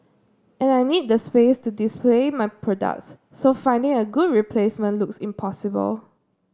and I need the space to display my products so finding a good replacement looks impossible